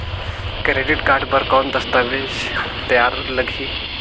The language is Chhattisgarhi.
क्रेडिट कारड बर कौन दस्तावेज तैयार लगही?